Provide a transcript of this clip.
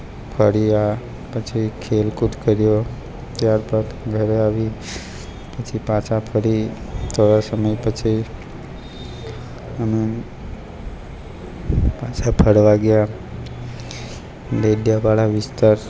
ફર્પયાછી ખેલકૂદ કર્યો ત્યારબાદ ઘરે આવી પછી પાછા ફરી થોડા સમય પછી અમે પાછા ફરવા ગયા ડેડિયા પાડા વિસ્તાર